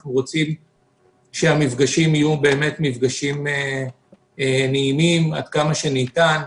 אנחנו רוצים שהמפגשים יהיו נעימים, עד כמה שניתן,